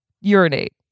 Urinate